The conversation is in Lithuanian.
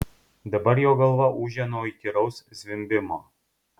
dabar jo galva ūžė nuo įkyraus zvimbimo